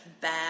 bad